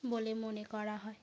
বলে মনে করা হয়